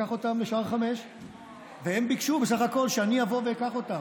לקח אותם לשער 5. הם ביקשו בסך הכול שאני אבוא ואקח אותם.